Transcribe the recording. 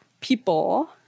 people